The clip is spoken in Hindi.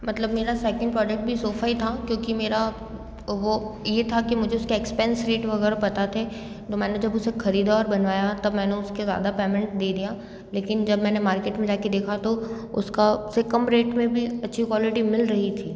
मतलब मेरा सेकंड प्रोडक्ट भी सोफ़ा ही था क्योंकि मेरा वो ये था कि मुझे उसके एक्पेंस रेट वगैरह पता थे तो मैंने जब उसे खरीदा और बनवाया तब मैंने उसके ज़्यादा पेमेंट दे दिया लेकिन जब मैंने मार्केट में जाके देखा तो उसका फिर कम रेट में भी अच्छी क्वालिटी मिल रही थी